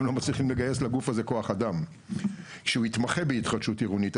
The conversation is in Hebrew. הם לא מצליחים לגייס לגוף הזה כוח אדם שהוא יתמחה בהתחדשות עירונית.